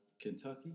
Kentucky